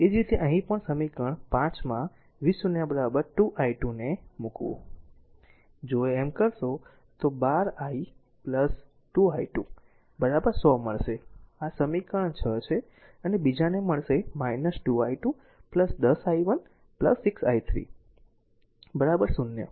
એ જ રીતે અહીં પણ સમીકરણ 5 માં v0 2 i2 ને મુકવું જો એમ કરશો તો 12 i 2 i2 100 મળશે આ r સમીકરણ 6 છે અને બીજાને મળશે 2 i2 10 i1 6 i3 0 આ સમીકરણ 7 છે